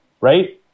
Right